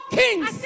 kings